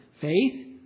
faith